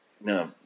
No